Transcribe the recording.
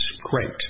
great